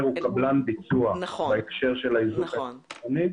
הוא קבלן ביצוע בהקשר של האיזוק האלקטרוני.